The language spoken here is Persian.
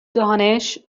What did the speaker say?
دانش